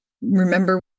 remember